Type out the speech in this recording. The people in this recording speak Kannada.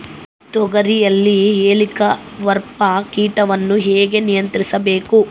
ತೋಗರಿಯಲ್ಲಿ ಹೇಲಿಕವರ್ಪ ಕೇಟವನ್ನು ಹೇಗೆ ನಿಯಂತ್ರಿಸಬೇಕು?